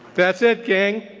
that's it gang.